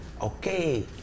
Okay